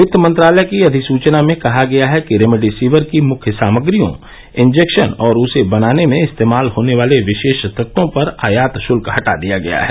वित्त मंत्रालय की अधिसूचना में कहा गया है कि रेमडेसिविर की मुख्य सामग्रियों इंजेक्शन और उसे बनाने में इस्तेमाल होने वाले विशेष तत्वों पर आयात शुल्क हटा दिया गया है